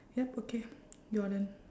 yup okay your turn